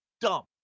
dump